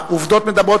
העובדות מדברות.